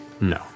no